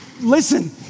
Listen